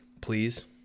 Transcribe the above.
Please